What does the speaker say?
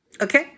okay